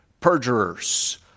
perjurers